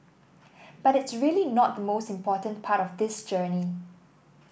but it's really not the most important part of this journey